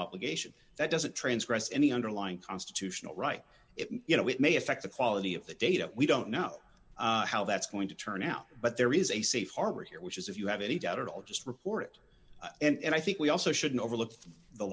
obligation that doesn't transgress any underlying constitutional right if you know it may affect the quality of the data we don't know how that's going to turn out but there is a safe harbor here which is if you have any doubt at all just report it and i think we also shouldn't overlook the